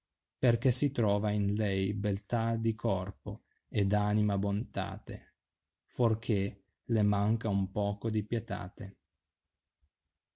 perchè si trova in lei beltà di corpo e d anima bontate fuorché le manca nn poco dì pietate